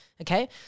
Okay